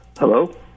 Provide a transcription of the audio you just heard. Hello